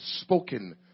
spoken